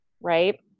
right